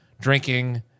drinking